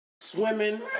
swimming